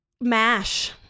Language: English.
Mash